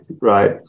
right